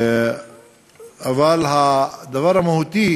אבל הדבר המהותי